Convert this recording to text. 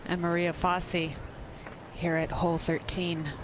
and maria fassi here at hole thirteen,